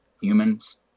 humans